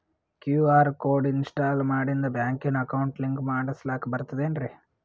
QR code install ಮಾಡಿಂದ ಬ್ಯಾಂಕಿನ account link ಮಾಡಸ್ಲಾಕ ಬರ್ತದೇನ್ರಿ